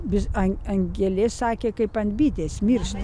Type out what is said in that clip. vis ant ant gelės sakė kaip ant bitės miršta